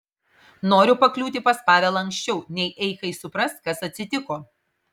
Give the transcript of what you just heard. noriu pakliūti pas pavelą anksčiau nei eikai supras kas atsitiko